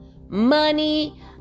Money